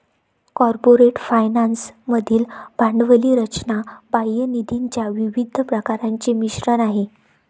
corporate finance मधील भांडवली रचना बाह्य निधीच्या विविध प्रकारांचे मिश्रण आहे